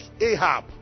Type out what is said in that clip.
Ahab